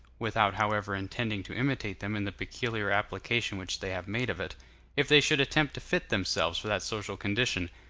without however intending to imitate them in the peculiar application which they have made of it if they should attempt to fit themselves for that social condition,